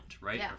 right